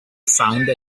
found